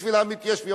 בשביל המתיישבים.